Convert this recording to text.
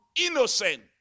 innocent